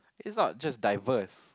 it's not just diverse